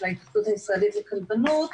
של ההתאחדות הישראלית לכלבנות,